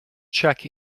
check